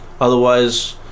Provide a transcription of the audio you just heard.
otherwise